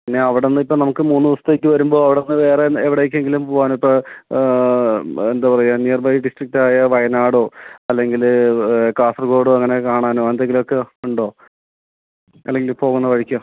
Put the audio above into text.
പിന്നെ അവിടുന്ന് ഇപ്പോൾ നമുക്ക് മൂന്ന് ദിവസത്തേക്ക് വരുമ്പോൾ അവിടുന്ന് വേറെ എവിടേക്കെങ്കിലും പോകാനിപ്പോൾ എന്താ പറയാ നിയർ ബൈ ഡിസ്ട്രിക്ട് ആയ വയനാടോ അല്ലെങ്കിൽ കാസർഗോഡോ അങ്ങനെ കാണാനോ എന്തെങ്കിലുമൊക്കെ ഉണ്ടോ അല്ലെങ്കിൽ പോകുന്ന വഴിക്കോ